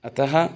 अतः